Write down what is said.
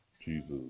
Jesus